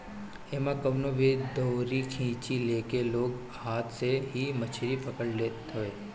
एमे कवनो भी दउरी खाची लेके लोग हाथ से ही मछरी पकड़ लेत हवे